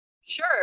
Sure